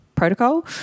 protocol